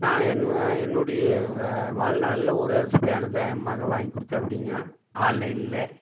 நான் என்னு என்னுடைய வாழ்நாளில் ஒரே ஒரு ஃபேன் தான் என் மகள் வாங்கி கொடுத்தாப்புடிங்க ஆன்லைனில்